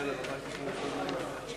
הודעה לסגנית מזכיר הכנסת.